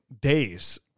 days